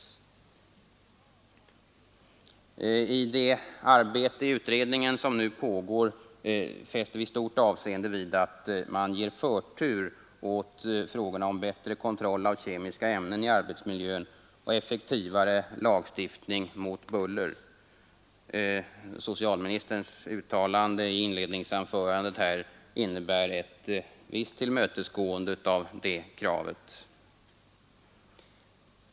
Vid det arbete i utredningen som nu pågår fäster vi stort avseende vid att man ger förtur åt frågorna om bättre kontroll av kemiska ämnen i arbetsmiljön och om effektivare lagstiftning mot buller. Socialministerns uttalande i inledningsanförandet innebär ett visst tillmötesgående av det kravet.